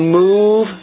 move